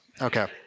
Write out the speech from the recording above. Okay